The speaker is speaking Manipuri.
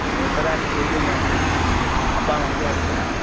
ꯑꯗꯨ ꯀꯗꯥꯏꯗ ꯀꯣꯏꯗꯣꯏꯅꯣ ꯑꯄꯥꯝꯕ ꯑꯃꯗꯤ ꯍꯥꯏꯎꯗꯅ